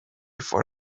for